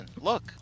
look